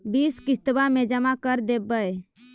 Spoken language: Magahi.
बिस किस्तवा मे जमा कर देवै?